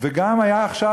וגם היה עכשיו,